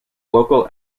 local